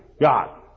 God